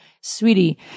sweetie